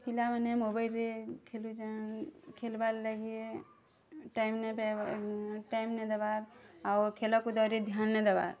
ପିଲାମାନେ ମୋବାଇଲ୍ରେ ଖେଳୁଛନ୍ ଖେଳିବା ଲାଗି ଟାଇମ୍ ନାଇଁ ପାଇବା ଟାଇମ୍ ନ ଦେବା ଆଉ ଖେଳକୁଦରେ ଧ୍ୟାନ୍ ନ ଦେବା